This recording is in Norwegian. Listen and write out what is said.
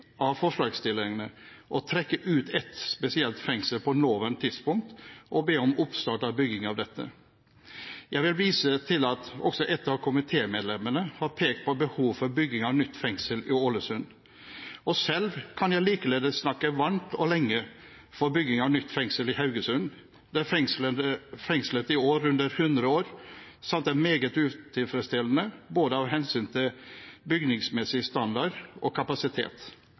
av forslagsstillerne å trekke ut ett spesielt fengsel på nåværende tidspunkt og be om oppstart av bygging av dette. Jeg vil vise til at et av komitemedlemmene også har pekt på behov for bygging av nytt fengsel i Ålesund. Selv kan jeg likeledes snakke varmt og lenge for bygging av nytt fengsel i Haugesund, der fengselet i år runder 100 år samt er meget utilfredsstillende med hensyn til både bygningsmessig standard og kapasitet,